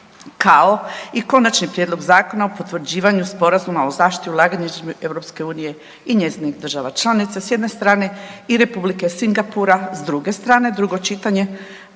kao i Konačni prijedlog Zakona o potvrđivanju sporazuma o zaštiti ulaganja između EU i njezinih država članica s jedne strane i Republike Singapura s druge strane, drugo čitanje,